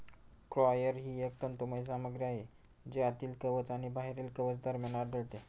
coir ही एक तंतुमय सामग्री आहे जी आतील कवच आणि बाहेरील कवच दरम्यान आढळते